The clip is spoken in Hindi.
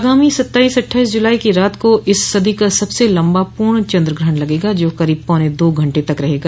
आगामी सत्ताईस अट्ठाईस जुलाई की रात को इस सदी का सबसे लम्बा पूर्ण चन्द्र ग्रहण लगेगा जो करीब पौने दो घंटे तक रहेगा